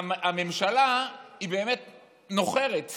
הממשלה היא באמת נוחרת,